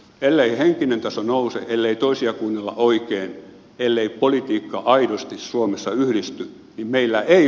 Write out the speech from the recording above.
ellei henkinen taso nouse ellei toisia kuunnella oikein ellei politiikka aidosti suomessa yhdisty niin meillä ei